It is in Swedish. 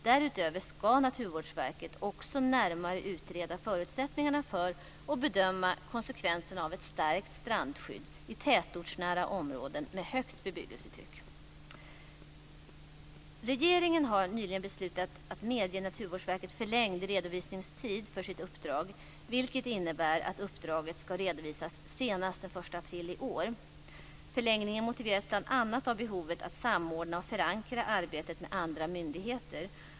Därutöver ska Naturvårdsverket också närmare utreda förutsättningarna för och bedöma konsekvenserna av ett stärkt strandskydd i tätortsnära områden med högt bebyggelsetryck. Regeringen har nyligen beslutat att medge Naturvårdsverket förlängd redovisningstid för sitt uppdrag, vilket innebär att uppdraget ska redovisas senast den 1 april i år. Förlängningen motiveras bl.a. av behovet att samordna och förankra arbetet med andra myndigheter.